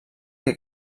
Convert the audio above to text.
que